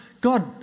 God